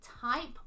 type